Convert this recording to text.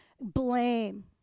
blame